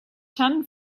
ten